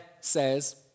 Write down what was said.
says